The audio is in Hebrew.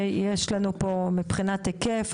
יש לנו מבחינת היקף,